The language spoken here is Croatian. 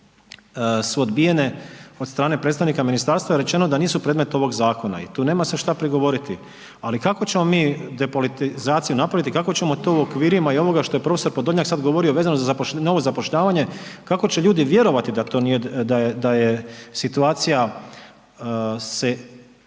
su odbijene od strane predstavnika ministarstva je rečeno da nisu predmet ovog zakona. I tu nema se šta prigovoriti ali kako ćemo mi depolitizaciju napraviti, kako ćemo to u okvirima i ovoga što je prof. Podolnjak sad govorio vezano za novo zapošljavanje, kako će ljudi vjerovati da to nije, da je